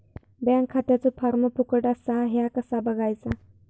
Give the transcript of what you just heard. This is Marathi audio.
बँक खात्याचो फार्म फुकट असा ह्या कसा बगायचा?